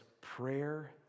prayer